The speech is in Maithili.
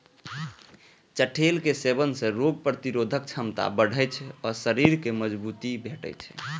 चठैलक सेवन सं रोग प्रतिरोधक क्षमता बढ़ै छै आ शरीर कें मजगूती भेटै छै